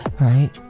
right